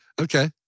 Okay